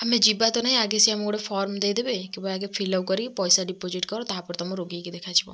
ଆମେ ଯିବା ତ ନାହିଁ ଆଗେ ସେ ଆମକୁ ଗୋଟେ ଫର୍ମ ଦେଇଦେବେ କହିବେ ଆଗ ଫିଲପ କରିକି ପଇସା ଡିପୋଜିଟ୍ କର ତାପରେ ତମ ରୋଗୀକି ଦେଖାଯିବ